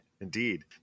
Indeed